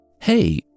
Hey